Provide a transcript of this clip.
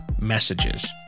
messages